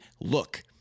look